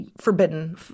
Forbidden